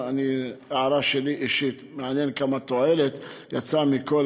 הערה שלי אישית: מעניין כמה תועלת יצאה מכל